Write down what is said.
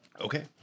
okay